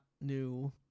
new